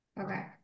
Okay